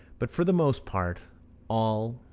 but for the most part all,